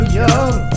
young